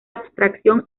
abstracción